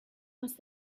must